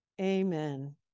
amen